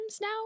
now